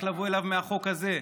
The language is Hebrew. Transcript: איך לבוא אליו מהחוק הזה,